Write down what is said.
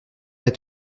est